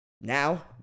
now